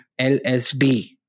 LSD